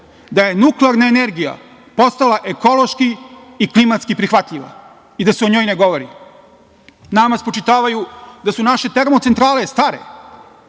da je nuklearna energija postala ekološki i klimatski prihvatljiva i da se o njoj ne govori. Nama spočitavaju da su naše termocentrale stare